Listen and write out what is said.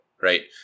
right